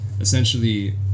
essentially